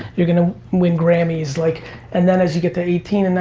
you're gonna win grammy's like and then as you get to eighteen, and